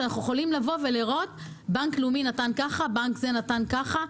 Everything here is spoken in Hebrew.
שאנחנו יכולים לראות בנק זה נתן ככה,